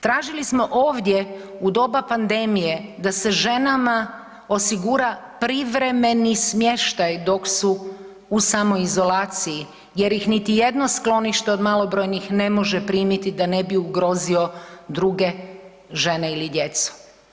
Tražili smo ovdje u doba pandemije da se ženama osigura privremeni smještaj dok su u samoizolaciji jer ih niti jedno sklonište od malobrojnih ne može primiti da ne bi ugrozio druge žene ili djecu.